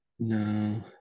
No